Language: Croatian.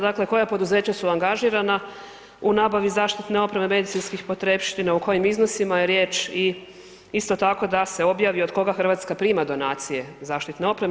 Dakle, koja poduzeća su angažirana u nabavi zaštitne opreme, medicinskih potrepština, o kojim iznosima je riječ i isto tako da se objavi od koga Hrvatska prima donacije zaštitne opreme.